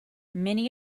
many